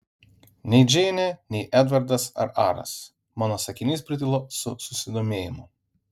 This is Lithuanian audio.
nei džeinė nei edvardas ar aras mano sakinys pritilo su susidomėjimu